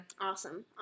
Awesome